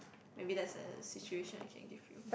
maybe that's a situation I can give you